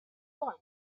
gone